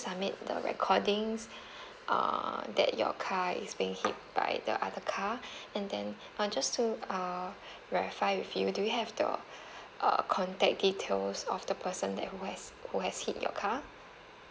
submit the recordings uh that your car is being hit by the other car and then uh just to uh verify with you do you have the uh contact details of the person that who has who has hit your car